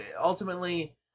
Ultimately